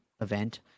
event